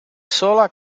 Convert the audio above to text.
sola